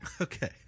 Okay